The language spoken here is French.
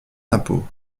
d’impôt